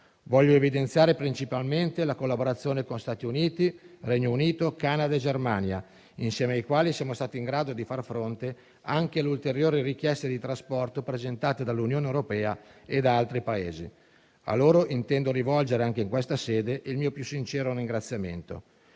Voglio evidenziare principalmente la collaborazione con Stati Uniti, Regno Unito, Canada e Germania, insieme ai quali siamo stati in grado di far fronte anche alle ulteriori richieste di trasporto presentate dall'Unione europea e da altri Paesi. A loro intendo rivolgere, anche in questa sede, il mio più sincero ringraziamento.